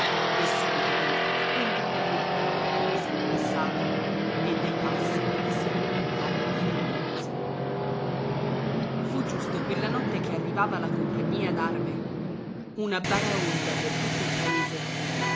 e subito dopo un gran colpo al portone sconquassato e dei passi che si allontanarono frettolosi fu giusto quella notte che arrivava la compagnia d'arme una baraonda per tutto il paese